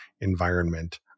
environment